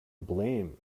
blame